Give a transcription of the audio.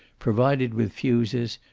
provided with fuses,